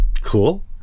cool